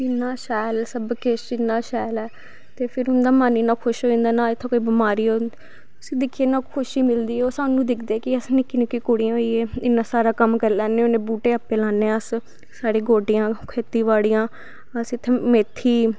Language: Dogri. इन्ना शैल सब किश इन्ना शैल ऐ ते फिर उंदा मन इन्ना खुश होई जंदा ना इत्थें कोई बमारी उसी दिक्खियै इन्नी खुशी मिलदी और साह्नू दिक्खदे कि अस निक्के निक्के कुड़ी बी इन्ना सारा कम्म करी लैन्ने होन्ने बूह्टे आपै लान्ने अस सारी गोड्डियां खेत्ती बाड़ियां अस इत्थें मेत्थी